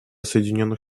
соединенных